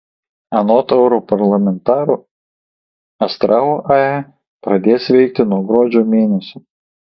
anot europarlamentaro astravo ae pradės veikti nuo gruodžio mėnesio